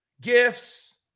Gifts